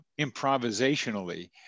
improvisationally